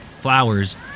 Flowers